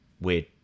weird